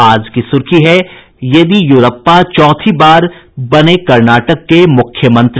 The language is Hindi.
आज की सुर्खी है येदियुरप्पा चौथी बार बने कर्नाटक के मुख्यमंत्री